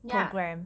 yeah